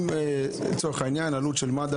אם עלות של מד"א,